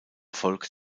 volk